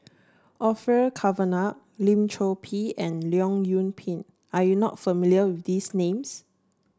Orfeur Cavenagh Lim Chor Pee and Leong Yoon Pin are you not familiar with these names